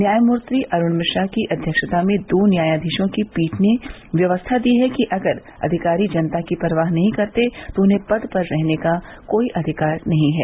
न्यायमूर्ति अरुण मिश्रा की अध्यक्षता में दो न्यायाधीशों की पीठ ने व्यवस्था दी कि अगर अधिकारी जनता की परवाह नहीं करते तो उन्हें पद पर रहने का कोई अधिकार नहीं है